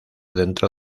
dentro